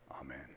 amen